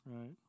Right